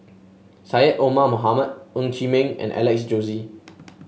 Syed Omar Mohamed Ng Chee Meng and Alex Josey